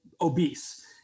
obese